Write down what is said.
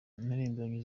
impirimbanyi